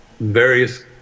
various